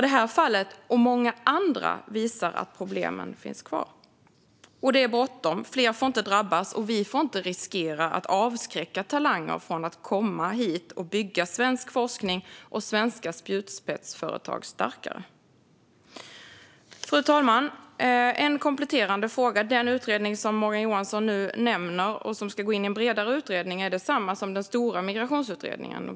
Det här och många andra fall visar ju att problemen finns kvar. Det är bråttom. Fler får inte drabbas, och vi får inte riskera att avskräcka talanger från att komma hit och bygga svensk forskning och svenska spjutspetsföretag starkare. Fru talman! Jag har en kompletterande fråga. Den utredning som Morgan Johansson nu nämner och som ska gå in i en bredare utredning, är det samma som den stora migrationsutredningen?